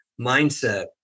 mindset